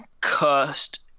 cursed